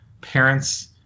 parents